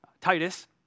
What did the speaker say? Titus